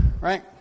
right